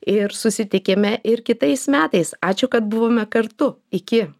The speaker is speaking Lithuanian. ir susitikime ir kitais metais ačiū kad buvome kartu iki